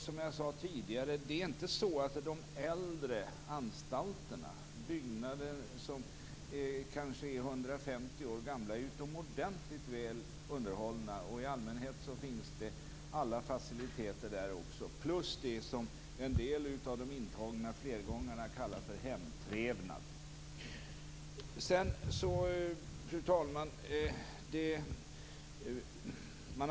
Som jag sade tidigare är det inte så att de äldre anstalterna behöver läggas ned. Det kan vara byggnader som kanske är 150 år gamla men utomordentligt väl underhållna. I allmänhet finns det alla faciliteter där plus det som en del av de intagna, flergångarna, kallar för hemtrevnad. Fru talman!